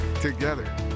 Together